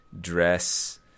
dress